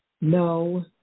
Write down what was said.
No